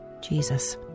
Jesus